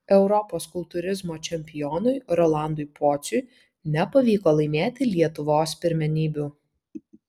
europos kultūrizmo čempionui rolandui pociui nepavyko laimėti lietuvos pirmenybių